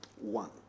one